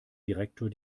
direktor